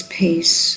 peace